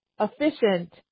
efficient